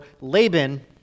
Laban